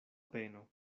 peno